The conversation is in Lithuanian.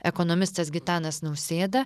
ekonomistas gitanas nausėda